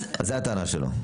זו הטענה שלו.